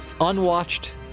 unwatched